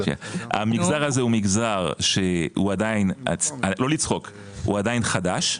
המגזר הזה הוא עדיין חדש,